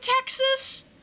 Texas